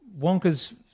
Wonka's